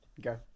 Go